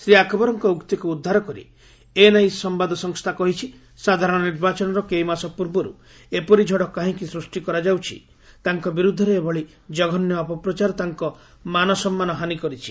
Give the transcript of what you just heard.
ଶ୍ରୀ ଆକ୍ବରଙ୍କ ଉକ୍ତିକୁ ଉଦ୍ଧାର କରି ଏଏନ୍ଆଇ ସମ୍ଭାଦ ସଂସ୍ଥା କହିଛି ସାଧାରଣ ନିର୍ବାଚନର କେଇ ମାସ ପୂର୍ବରୁ ଏପରି ଝଡ଼ କାହିଁକି ସୃଷ୍ଟି କରାଯାଉଛି ତାଙ୍କ ବିରୁଦ୍ଧରେ ଏଭଳି ଜଘନ୍ୟ ଅପପ୍ରଚାର ତାଙ୍କ ମାନସମ୍ମାନ ହାନି କରିଛି